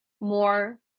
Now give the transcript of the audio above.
more